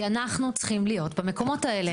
כי אנחנו צריכים להיות במקומות האלה,